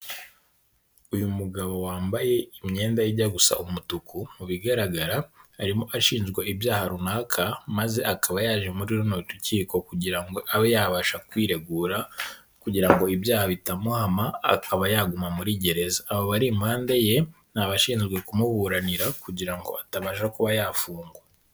Uyu mugabo wambaye imyenda ijya gusa umutuku, mu bigaragara arimo ashinjwa ibyaha runaka maze akaba yaje muri runo rukiko kugira ngo abe yabasha kwiregura, kugira ngo ibyaha bitamuhama akaba yaguma muri gereza. Aba bari impande ye ni abashinzwe kumuburanira kugira ngo atabasha kuba yafungwa.